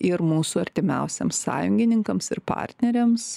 ir mūsų artimiausiems sąjungininkams ir partneriams